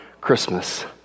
Christmas